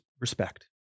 respect